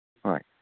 ꯍꯣꯏ